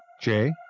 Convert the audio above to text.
Jay